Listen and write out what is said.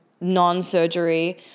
non-surgery